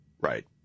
Right